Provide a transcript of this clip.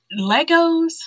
Legos